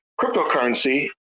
cryptocurrency